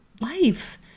life